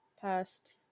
past